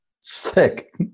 Sick